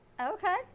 Okay